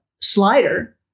slider